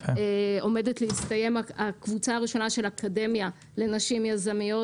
עומדת להסתיים הקבוצה הראשונה של אקדמיה לנשים יזמיות